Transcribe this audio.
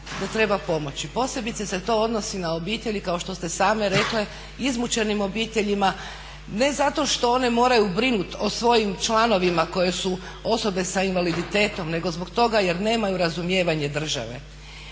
da treba pomoći. Posebice se to odnosi na obitelji kao što ste sami rekli, izmućenim obiteljima ne zato što one moraju brinuti o svojim članovima koje su osobe s invaliditetom nego zbog toga jer nemaju razumijevanje države.